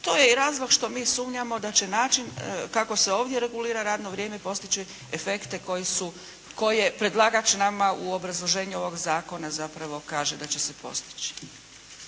To je i razlog što mi sumnjamo da će način kako se ovdje regulira radno vrijeme postići efekte koje predlagač nama u obrazloženju ovog zakona zapravo kaže da će se postići.